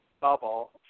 Bubble